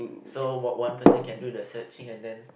so what one person can do the searching and then